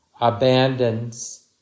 abandons